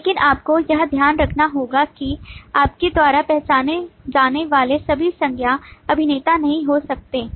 लेकिन आपको यह ध्यान रखना होगा कि आपके द्वारा पहचाने जाने वाले सभी संज्ञा अभिनेता नहीं हो सकते हैं